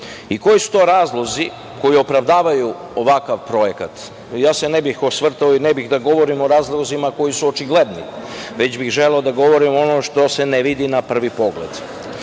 njega. Koji su to razlozi koji opravdavaju ovakav projekat? Ne bih se osvrtao i ne bih da govorim o razlozima koji su očigledni, već bih želeo da govorim ono što se ne vidi na prvi pogled.